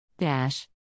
Dash